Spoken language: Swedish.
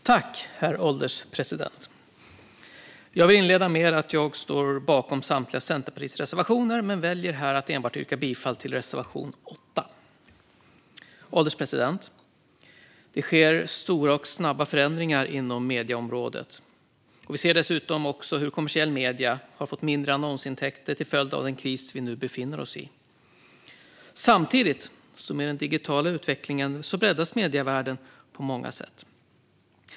Herr ålderspresident! Jag vill inleda med att säga att jag står bakom samtliga Centerpartiets reservationer men väljer att yrka bifall enbart till reservation 8. Herr ålderspresident! Det sker stora och snabba förändringar på medieområdet. Vi ser dessutom hur kommersiella medier har fått mindre annonsintäkter till följd av den kris vi nu befinner oss i. Med den digitala utvecklingen breddas medievärlden på många sätt.